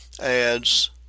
adds